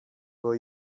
will